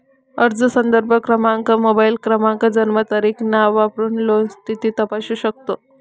अर्ज संदर्भ क्रमांक, मोबाईल क्रमांक, जन्मतारीख, नाव वापरून लोन स्थिती तपासू शकतो